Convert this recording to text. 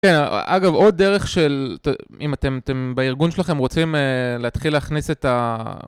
כן, אגב עוד דרך של, אם אתם, אתם בארגון שלכם רוצים להתחיל להכניס את ה...